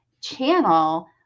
channel